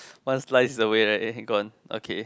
one slice away eh gone okay